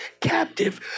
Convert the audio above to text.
captive